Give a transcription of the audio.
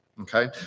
Okay